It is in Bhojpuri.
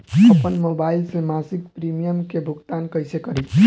आपन मोबाइल से मसिक प्रिमियम के भुगतान कइसे करि?